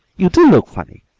you do look funny,